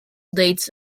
dates